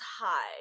high